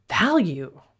value